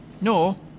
No